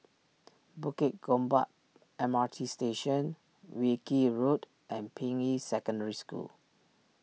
Bukit Gombak M R T Station Wilkie Road and Ping Yi Secondary School